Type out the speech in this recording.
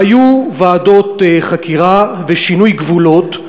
היו ועדות חקירה ושינוי גבולות.